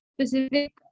specific